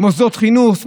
מוסדות חינוך,